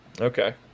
okay